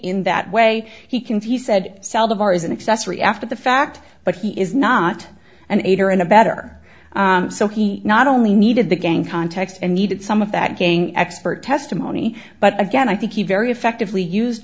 in that way he can he said sell the bar is an accessory after the fact but he is not an aider and abettor so he not only needed the gang context and needed some of that gang expert testimony but again i think he very effectively used